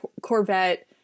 Corvette